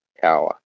power